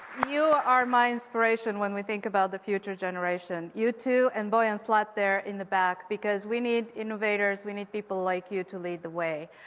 you are my inspiration when we think about the future generation, you two, and boyan slat, there in the back, because we need innovators, we need people like you to lead the way.